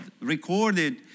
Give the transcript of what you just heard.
recorded